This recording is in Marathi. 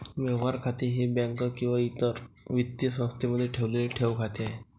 व्यवहार खाते हे बँक किंवा इतर वित्तीय संस्थेमध्ये ठेवलेले ठेव खाते आहे